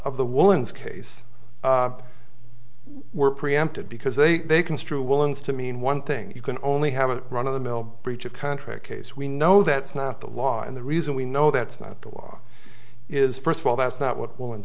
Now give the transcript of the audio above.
of the woman's case were preempted because they construe will ins to mean one thing you can only have a run of the mill breach of contract case we know that's not the law and the reason we know that's not the law is first of all that's not what w